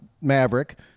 Maverick